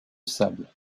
sable